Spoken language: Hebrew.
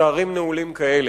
שערים נעולים דומים.